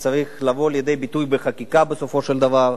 שצריך לבוא לידי ביטוי בחקיקה בסופו של דבר.